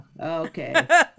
okay